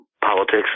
politics